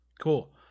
Cool